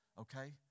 Okay